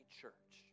church